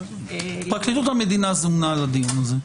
פרקליטות המדינה זומנה לדיון הזה.